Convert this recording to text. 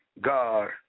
God